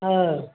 हाँ